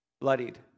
bloodied